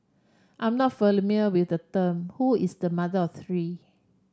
I'm not with the term who is the mother of three